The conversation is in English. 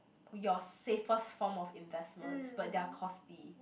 your safest form of investment but they are costly